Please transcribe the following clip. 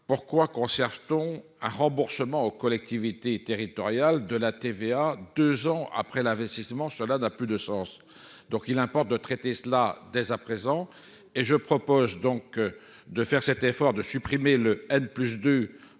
pourquoi conserve-t-on à remboursement aux collectivités territoriales de la TVA, 2 ans après l'investissement, cela n'a plus de sens, donc il importe de traiter cela dès à présent et je propose donc de faire cet effort de supprimer le plus de